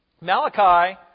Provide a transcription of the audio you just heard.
Malachi